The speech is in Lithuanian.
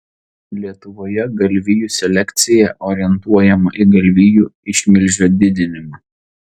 lietuvoje galvijų selekcija orientuojama į galvijų išmilžio didinimą